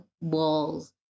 walls